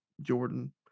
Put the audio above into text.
jordan